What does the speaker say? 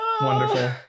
wonderful